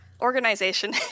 Organization